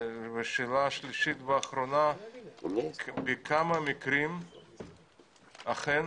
ושאלה שלישית ואחרונה, בכמה מקרים אכן